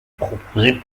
proposée